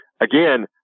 Again